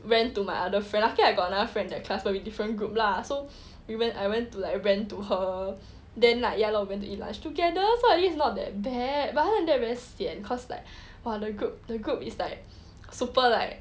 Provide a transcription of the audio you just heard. rant to my other friend luckily I got another friend in the class but different group lah so we went I went to like rant to her then like ya lor we went to eat lunch together so I think it's not that bad but other than that very sian cause like !wah! the group the group is like super like